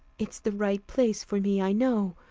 it's the right place for me, i know,